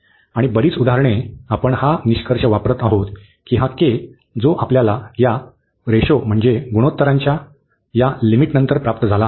आणि बरीच उदाहरणे आपण हा निष्कर्ष वापरत आहोत की हा k जो आपल्याला या गुणोत्तरांच्या या लिमिटनंतर प्राप्त झाला आहे